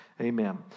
Amen